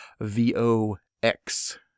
V-O-X